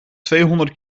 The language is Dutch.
tweehonderd